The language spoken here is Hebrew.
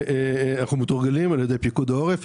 שבזה אנחנו מתורגלים על ידי פיקוד העורף.